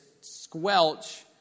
squelch